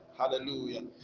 hallelujah